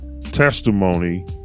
testimony